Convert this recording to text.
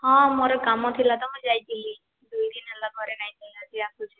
ହଁ ମୋର୍ କାମ୍ ଥିଲା ତ ମୁଇଁ ଯାଇଥିଲି ଦୁଇ ଦିନ୍ ହେଲା ଘରେ ନାଇଥିଲି ଆଜି ଆସୁଛେଁ